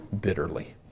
bitterly